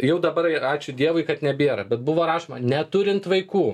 jau dabar ir ačiū dievui kad nebėra bet buvo rašoma neturint vaikų